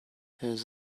has